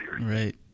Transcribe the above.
Right